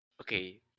Okay